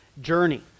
journey